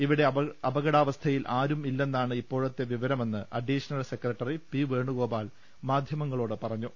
ഇവിടെ അപകടാവസ്ഥയിൽ ആരും ഇല്ലെ ന്നാണ് ഇപ്പോഴത്തെ വിവരമെന്ന് അഡീഷണൽ സെക്രട്ടറി പി വേണുഗോപാൽ മാധ്യമങ്ങളോട് പറഞ്ഞു